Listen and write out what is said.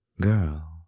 girl